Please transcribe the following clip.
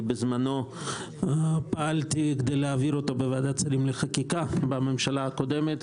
בשעתו פעלתי כדי להעביר אותו בוועדת שרים לחקיקה בממשלה הקודמת,